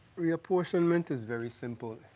reapportionment is very simple.